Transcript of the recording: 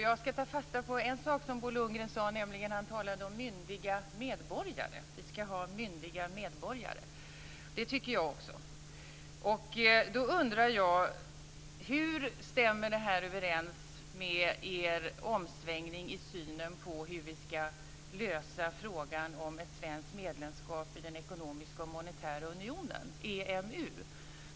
Jag ska ta fasta på en sak som Bo Lundgren talade om myndiga medborgare, att vi ska ha myndiga medborgare. Det tycker jag också. Då undrar jag: Hur stämmer det här överens med er omsvängning i synen på hur vi ska lösa frågan om ett svenskt medlemskap i den europeiska och monetära unionen, EMU?